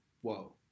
whoa